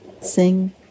Sing